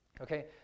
Okay